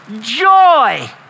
Joy